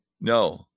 No